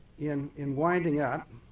in in winding up,